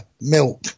milk